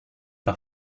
par